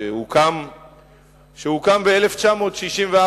שהוקם ב-1964,